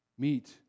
Meet